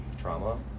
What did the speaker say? trauma